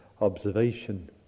observation